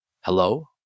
Hello